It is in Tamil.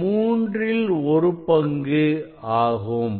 மூன்றில் ஒரு பங்கு ஆகும்